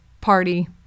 party